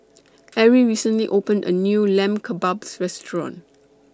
Arrie recently opened A New Lamb Kebabs Restaurant